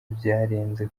byarenze